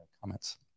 comments